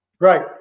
Right